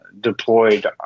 deployed